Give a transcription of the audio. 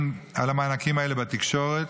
המענקים האלה בתקשורת: